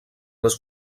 les